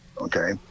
okay